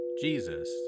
Jesus